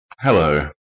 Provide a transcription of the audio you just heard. Hello